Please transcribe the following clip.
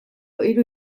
hiru